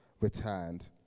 returned